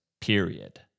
period